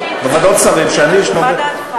בוועדות שרים שאני, מה דעתך?